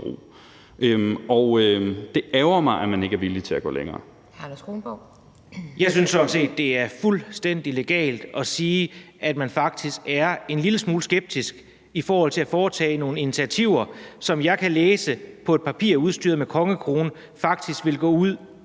Anders Kronborg. Kl. 14:46 Anders Kronborg (S): Jeg synes sådan set, det er fuldstændig legalt at sige, at man er en lille smule skeptisk i forhold til at foretage nogle initiativer, som jeg kan læse på et stykke papir udstyret med kongekrone faktisk vil gå ud